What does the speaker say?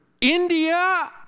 India